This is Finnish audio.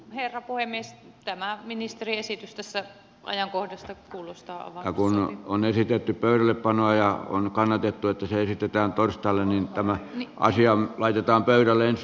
herra puhemies tämä ministerin esitys tässä ajankohdasta kuulostaa tartunnan on esitetty pöydällepanoa ja onko näiden tuotto säilytetään taustalle niin tämä asia laitetaan aivan sopivalta